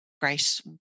grace